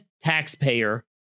taxpayer